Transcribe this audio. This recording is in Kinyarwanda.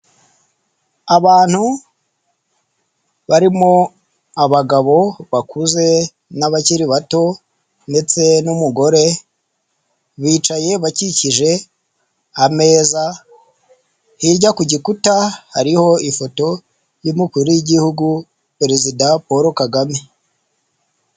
Abantu barimo abagabo bakuze n'abakiri bato ndetse n'umugore bicaye bakikije ameza, hirya ku gikuta hariho ifoto y'umukuru w'igihugu perezida Paul Kagame.